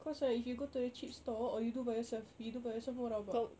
cause ah if you go to the cheap store or you do by yourself you do by yourself more rabak